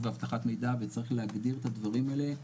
ואבטחת מידע וצריך להגדיר את הדברים האלה.